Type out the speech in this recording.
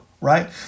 right